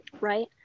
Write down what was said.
right